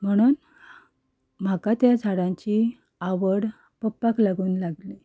म्हणून म्हाका त्या झाडांची आवड पप्पाक लागून लागली